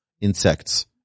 insects